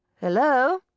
Hello